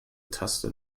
taste